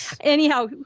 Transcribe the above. Anyhow